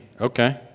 Okay